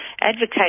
advocate